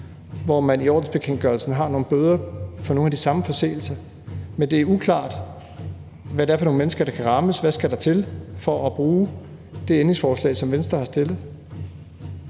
hvor man i ordensbekendtgørelsen har nogle bøder for nogle af de samme forseelser, men det er uklart, hvad det er for nogle mennesker, der kan rammes, og hvad der skal til for at bruge det ændringsforslag, som Venstre har stillet.